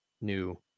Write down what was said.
new